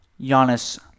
Giannis